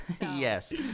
Yes